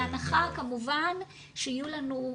בהנחה כמובן שיהיו לנו,